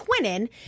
twinning